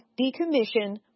decommission